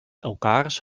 elkaars